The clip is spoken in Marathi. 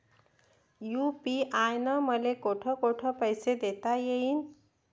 यू.पी.आय न मले कोठ कोठ पैसे देता येईन?